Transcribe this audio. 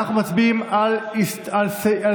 אנחנו מצביעים על הסתייגויות,